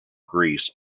greece